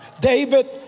David